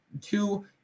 two